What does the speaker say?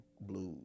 blues